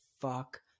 fuck